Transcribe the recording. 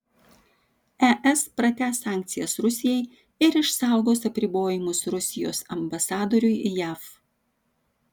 es pratęs sankcijas rusijai ir išsaugos apribojimus rusijos ambasadoriui jav